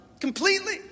completely